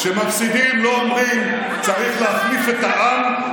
כשמפסידים, לא אומרים: צריך להחליף את העם.